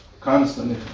constantly